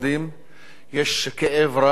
יש כאב רב, יש מצוקות רבות.